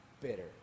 bitter